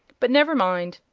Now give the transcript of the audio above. but never mind.